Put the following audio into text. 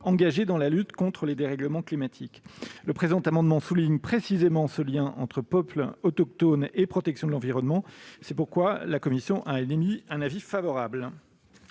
engagés dans la lutte contre les dérèglements climatiques. Les auteurs de cet amendement soulignent précisément ce lien entre peuples autochtones et protection de l'environnement. C'est pourquoi la commission a émis un avis favorable.